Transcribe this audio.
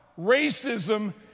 racism